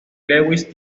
lewis